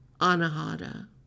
anahata